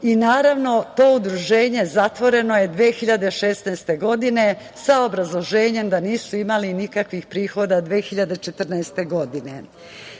i naravno to udruženje zatvoreno je 2016. godine sa obrazloženjem da nisu imali nikakvih prihoda 2014. godine. Danas